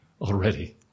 already